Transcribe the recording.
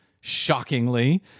shockingly